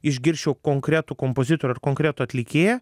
išgirsčiau konkretų kompozitorių ar konkretų atlikėją